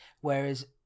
Whereas